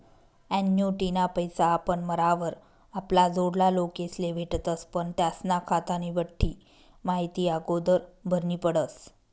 ॲन्युटीना पैसा आपण मरावर आपला जोडला लोकेस्ले भेटतस पण त्यास्ना खातानी बठ्ठी माहिती आगोदर भरनी पडस